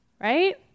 right